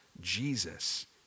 Jesus